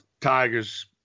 Tigers